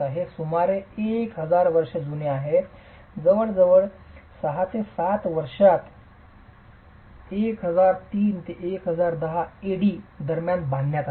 हे सुमारे हजार वर्ष जुने आहे हे जवळजवळ 6 ते 7 वर्षात 1003 ते 1010 AD दरम्यान बांधले गेले